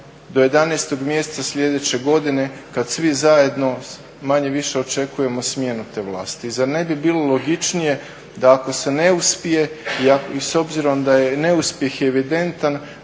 do 11. mjeseca sljedeće godine kad svi zajedno manje-više očekujemo smjenu te vlasti. Zar ne bi bilo logičnije da ako se ne uspije i s obzirom da je neuspjeh evidentan,